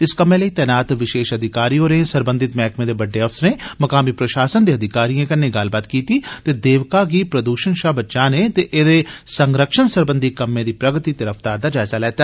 इस कम्मै लेई तैनात विशेष अधिकारी होरें सरबंधित मैह्कमें दे बड्डे अफसरें मकामी प्रशासन दे अधिकारिए कन्नै गल्लबात कीती ते देवका गी प्रदूषण शा बचाने ते एहदे संरक्षण सरबंधी कम्मे दी प्रगति ते रफ्तार दा जायजा लैता